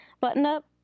button-up